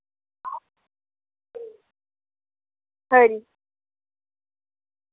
खरी